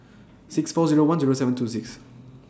six four Zero one Zero seven two six